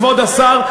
כבוד השר,